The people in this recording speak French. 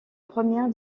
première